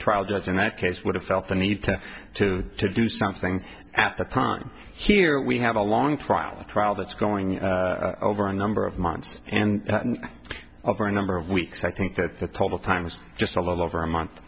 trial judge in that case would have felt the need to to to do something at the time here we have a long trial a trial that's going over a number of months and over a number of weeks i think that's the total time was just a little over a month